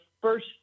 First